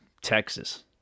texas